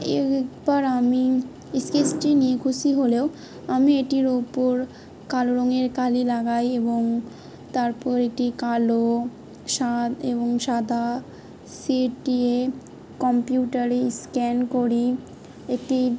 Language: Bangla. এইবার আমি স্কেচটি নিয়ে খুশি হলেও আমি এটির ওপর কালো রঙের কালি লাগাই এবং তারপর এটি কালো সাদ এবং সাদা সিটিয়ে কম্পিউটারে স্ক্যান করি একটি